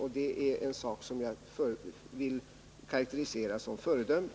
Det är någonting som jag vill karakterisera som föredömligt.